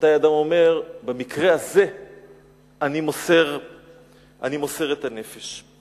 ומתי אדם אומר, במקרה הזה אני מוסר את הנפש.